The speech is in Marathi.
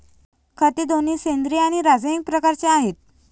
खते दोन्ही सेंद्रिय आणि रासायनिक प्रकारचे आहेत